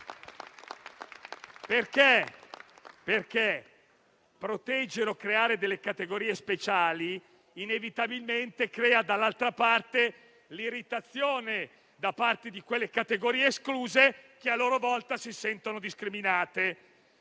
proteggere o creare delle categorie speciali, inevitabilmente, crea dall'altra parte l'irritazione delle categorie escluse, che a loro volta si sentono discriminate.